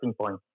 point